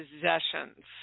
possessions